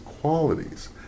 qualities